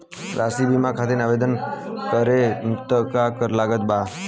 शिक्षा बीमा खातिर आवेदन करे म का का लागत बा?